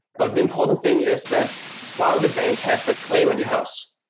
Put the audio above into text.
but the important thing is that while the bank has that claim on your house,